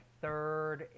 third